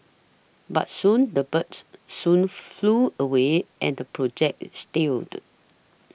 but soon the birds soon flew away and the project is stilled